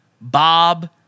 Bob